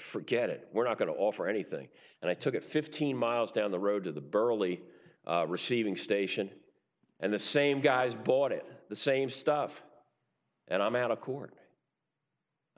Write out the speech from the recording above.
forget it we're not going to offer anything and i took it fifteen miles down the road to the burley receiving station and the same guys bought it the same stuff and i'm out of court